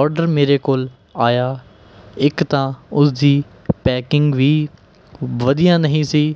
order ਮੇਰੇ ਕੋਲ ਆਇਆ ਇੱਕ ਤਾਂ ਉਸਦੀ ਪੈਕਿੰਗ ਵੀ ਵਧੀਆ ਨਹੀਂ ਸੀ